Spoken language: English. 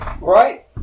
right